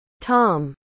Tom